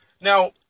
Now